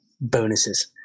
bonuses